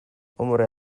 hombre